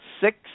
six